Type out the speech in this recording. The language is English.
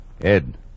Ed